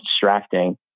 distracting